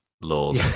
Lord